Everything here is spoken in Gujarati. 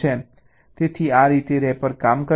તેથી આ રીતે રેપર કામ કરે છે